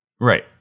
Right